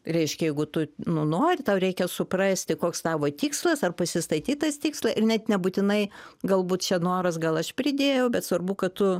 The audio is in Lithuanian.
reiškia jeigu tu nu nori tau reikia suprasti koks tavo tikslas ar pasistatyt tikslą ir net nebūtinai galbūt čia noras gal aš pridėjau bet svarbu kad tu